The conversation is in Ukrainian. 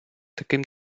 таким